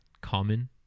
common